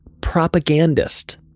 propagandist